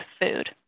food